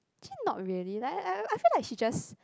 actually not really like I I I feel like she just